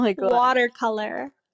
watercolor